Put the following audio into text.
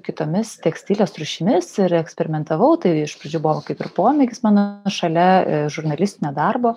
kitomis tekstilės rūšimis ir eksperimentavau tai iš pradžių buvo kaip ir pomėgis mano šalia žurnalistinio darbo